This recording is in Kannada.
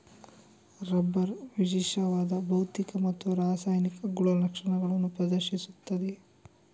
ರಬ್ಬರ್ ವಿಶಿಷ್ಟವಾದ ಭೌತಿಕ ಮತ್ತು ರಾಸಾಯನಿಕ ಗುಣಲಕ್ಷಣಗಳನ್ನು ಪ್ರದರ್ಶಿಸುತ್ತದೆ